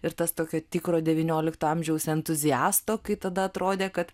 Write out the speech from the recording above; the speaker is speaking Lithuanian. ir tas tokio tikro devyniolikto amžiaus entuziasto kai tada atrodė kad